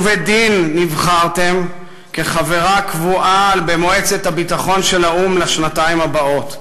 ובדין נבחרתם לחברה קבועה במועצת הביטחון של האו"ם בשנתיים הבאות.